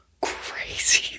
crazy